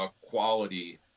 quality